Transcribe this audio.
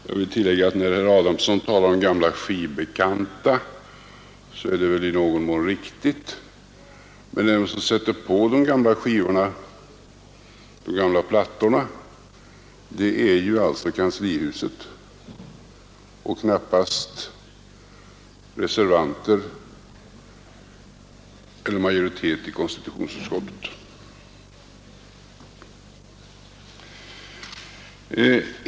Jag vill tillägga att när herr Adamsson talar om gamla skivbekanta är det väl i någon mån riktigt, men den som sätter på de gamla plattorna är ju kanslihuset och knappast reservanter eller majoritet i konstitutionsutskottet.